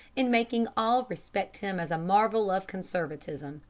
and making all respect him as a marvel of conservatism,